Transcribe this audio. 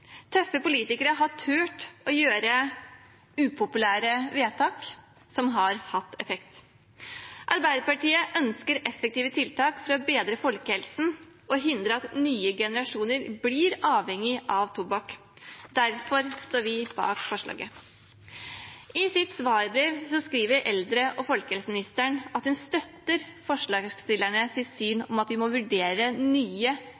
Tøffe politikere har tort å gjøre upopulære vedtak som har hatt effekt. Arbeiderpartiet ønsker effektive tiltak for å bedre folkehelsen og hindre at nye generasjoner blir avhengig av tobakk. Derfor står vi bak forslaget. I sitt svarbrev skriver eldre- og folkehelseministeren at hun støtter forslagsstillernes syn om at vi må vurdere nye